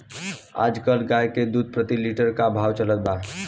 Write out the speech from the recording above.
आज कल गाय के दूध प्रति लीटर का भाव चलत बा?